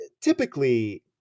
typically